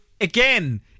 again